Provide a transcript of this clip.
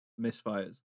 misfires